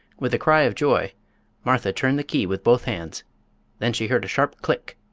with a cry of joy martha turned the key with both hands then she heard a sharp click,